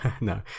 No